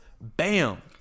Bam